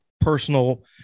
personal